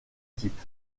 type